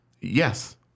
Yes